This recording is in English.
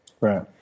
Right